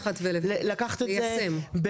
לקחת את זה וליישם.